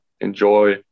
enjoy